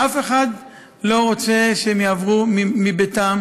אף אחד לא רוצה שהם יעברו מביתם,